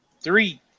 three